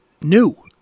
new